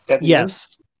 Yes